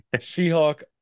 She-Hulk